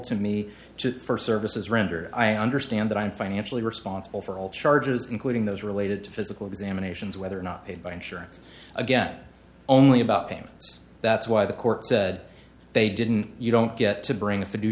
me for services rendered i understand that i'm financially responsible for all charges including those related to physical examinations whether or not paid by insurance again only about payments that's why the court said they didn't you don't get to bring a f